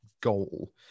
goal